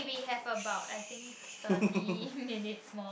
shh